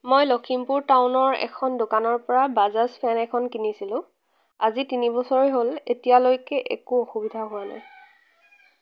মই লখিমপুৰ টাউনৰ এখন দোকানৰ পৰা বাজাছ ফেন এখন কিনিছিলোঁ আজি তিনি বছৰে হ'ল এতিয়ালৈকে একো অসুবিধা হোৱা নাই